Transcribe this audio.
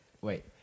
Wait